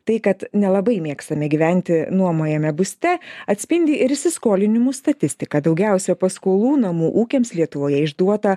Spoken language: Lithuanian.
tai kad nelabai mėgstame gyventi nuomojame būste atspindi ir įsiskolinimų statistika daugiausia paskolų namų ūkiams lietuvoje išduota